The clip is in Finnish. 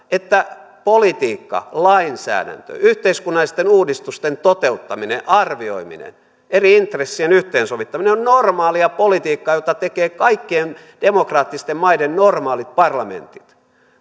että politiikka lainsäädäntö yhteiskunnallisten uudistusten toteuttaminen arvioiminen eri intressien yhteensovittaminen ovat normaalia politiikkaa jota tekevät kaikkien demokraattisten maiden normaalit parlamentit